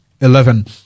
eleven